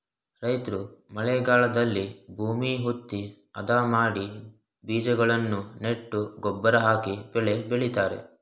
ರೈತ್ರು ಮಳೆಗಾಲದಲ್ಲಿ ಭೂಮಿ ಹುತ್ತಿ, ಅದ ಮಾಡಿ ಬೀಜಗಳನ್ನು ನೆಟ್ಟು ಗೊಬ್ಬರ ಹಾಕಿ ಬೆಳೆ ಬೆಳಿತರೆ